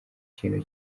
kintu